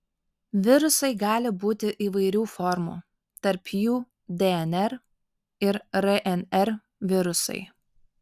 virusai gali būti įvairių formų tarp jų dnr ir rnr virusai